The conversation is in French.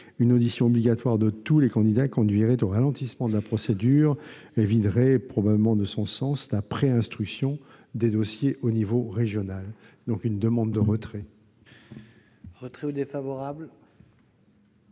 une audition obligatoire de tous les candidats conduirait au ralentissement de la procédure et viderait probablement de son sens la pré-instruction des dossiers au niveau régional. En conséquence, nous demandons le retrait de